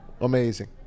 amazing